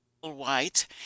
white